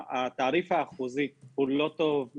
התעריף האחוזי לא טוב,